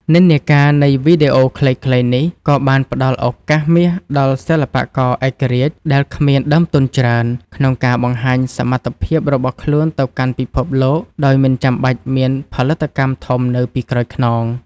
និន្នាការនៃវីដេអូខ្លីៗនេះ ក៏បានផ្ដល់ឱកាសមាសដល់សិល្បករឯករាជ្យដែលគ្មានដើមទុនច្រើន ក្នុងការបង្ហាញសមត្ថភាពរបស់ខ្លួនទៅកាន់ពិភពលោកដោយមិនចាំបាច់មានផលិតកម្មធំនៅពីក្រោយខ្នង។